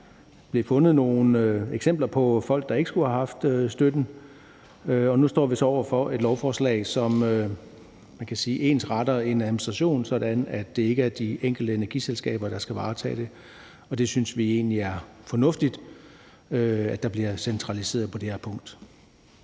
der blev fundet nogle eksempler på folk, der ikke skulle have haft støtten, og nu står vi så over for et lovforslag, som man kan sige ensretter administrationen sådan, at det ikke er de enkelte energiselskaber, der skal varetage den, og det synes vi egentlig er fornuftigt. Vi synes, det er fornuftigt, at der bliver centraliseret på det her punkt.